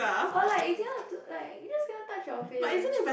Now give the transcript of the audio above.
or like you cannot do~ like you just cannot touch your face